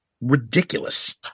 Ridiculous